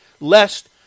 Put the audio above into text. lest